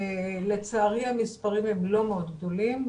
לצערי המספרים הם לא מאוד גדולים,